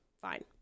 fine